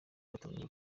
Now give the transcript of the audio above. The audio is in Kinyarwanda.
batangaje